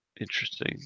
Interesting